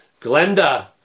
Glenda